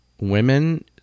Women